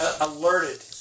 alerted